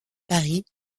paris